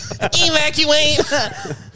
Evacuate